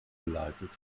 geleitet